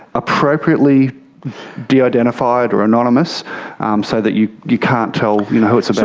appropriately de-identified or anonymous so that you you can't tell you know who it's but